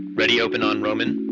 ready open on roman.